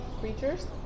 creatures